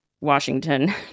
Washington